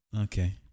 Okay